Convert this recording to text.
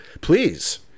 Please